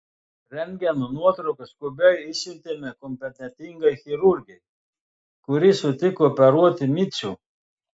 rentgeno nuotraukas skubiai išsiuntėme kompetentingai chirurgei kuri sutiko operuoti micių